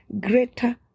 greater